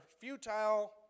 futile